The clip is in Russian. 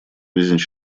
жизнь